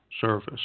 service